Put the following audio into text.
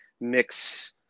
mix